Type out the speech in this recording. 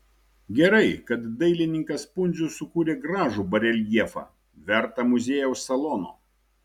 gerai kad dailininkas pundzius sukūrė gražų bareljefą vertą muziejaus salono